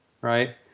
right